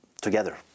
together